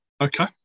Okay